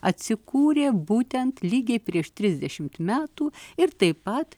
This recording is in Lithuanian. atsikūrė būtent lygiai prieš trisdešimt metų ir taip pat